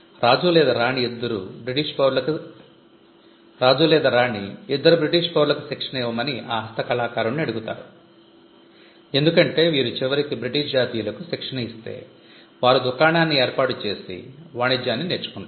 రాజు లేదా రాణి ఇద్దరు బ్రిటిష్ పౌరులకు శిక్షణ ఇవ్వమని ఆ హస్తకళాకారుడిని అడుగుతారు ఎందుకంటే వీరు చివరికి బ్రిటిష్ జాతీయులకు శిక్షణ ఇస్తే వారు దుకాణాన్ని ఏర్పాటు చేసే వాణిజ్యాన్ని నేర్చుకుంటారు